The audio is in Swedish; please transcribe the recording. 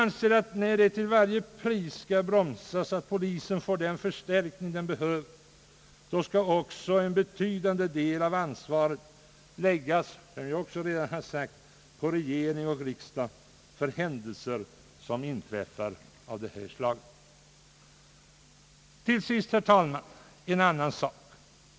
När till varje pris polisens möjligheter till den förstärkning den behöver skall bromsas, anser jag att en betydande del av ansvaret skall läggas på regering och riksdag för händelser av detta slag som inträffar. Till sist, herr talman, en annan sak.